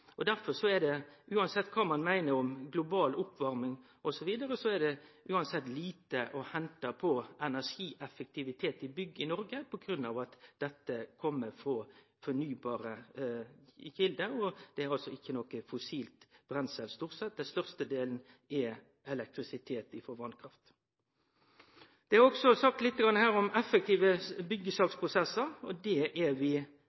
Derfor er det uansett kva ein meiner om global oppvarming osb., lite å hente på energieffektivitet i bygg i Noreg, på grunn av at dette kjem frå fornybare kjelder og ikkje er noko fossilt brenselstoff – størstedelen er elektrisitet frå vasskraft. Det er òg sagt litt om effektive byggjesaksprosessar, og det er vi veldig positive til, viss regjeringa kjem med forslag om det. Men det er